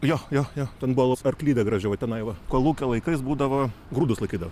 jo jo ten buvo arklidė graži va tenai va kolūkio laikais būdavo grūdus laikydavo